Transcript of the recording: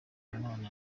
imana